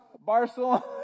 Barcelona